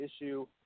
issue